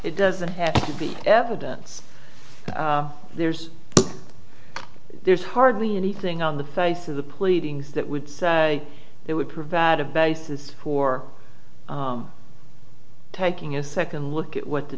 it doesn't have to be evidence there's there's hardly anything on the face of the pleadings that would say that would provide a basis for taking a second look at what the